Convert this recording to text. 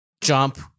jump